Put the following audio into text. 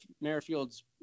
Merrifield's